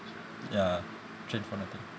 ya train for nothing